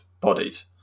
bodies